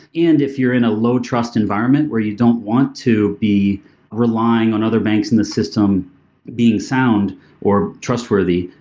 and if you're in a low trust environment where you don't want to be relying on other banks in the system being sound or trustworthy,